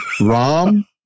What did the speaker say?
Ram